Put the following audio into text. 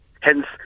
Hence